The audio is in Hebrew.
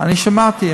אני שמעתי.